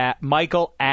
Michael